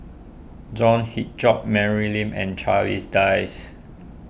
John Hitchcock Mary Lim and Charles Dyce